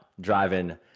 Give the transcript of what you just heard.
driving